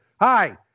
Hi